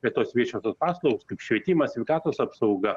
tai tos viešiosios paslaugos kaip švietimas sveikatos apsauga